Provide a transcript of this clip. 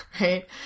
right